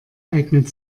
eignet